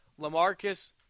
LaMarcus